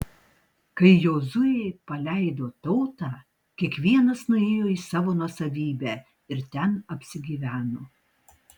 kai jozuė paleido tautą kiekvienas nuėjo į savo nuosavybę ir ten apsigyveno